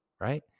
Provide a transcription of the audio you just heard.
right